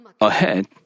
Ahead